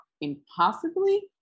Impossibly